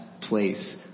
place